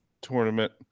tournament